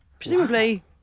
presumably